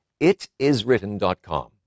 itiswritten.com